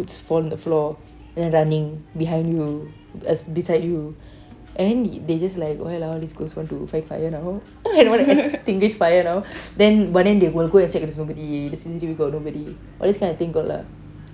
boots fall on the floor then running behind you as beside you and then they just like why like all these ghosts want to fight fire now extinguish fire now then but then they will go and check the C_C_T_V the C_C_T_V got nobody all these kind of things got lah